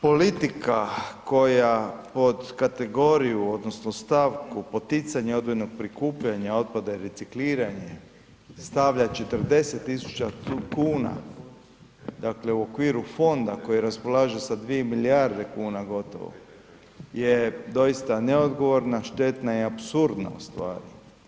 Politika koja pod kategoriju odnosno stavku poticanje odvojenog prikupljanja otpada i recikliranje stavlja 40 tisuća kuna, dakle u okviru fonda koji raspolaže sa 2 milijarde kuna, gotovo je doista neodgovorna, štetna i apsurdna, ustvari.